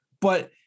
But-